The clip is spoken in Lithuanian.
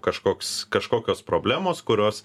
kažkoks kažkokios problemos kurios